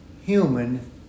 human